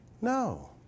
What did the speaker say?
No